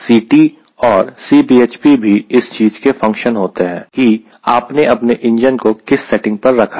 Ct or Cbhp भी इस चीज के फंक्शन होते हैं कि आपने अपने इंजन को किस सेटिंग पर रखा है